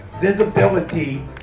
visibility